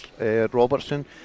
Robertson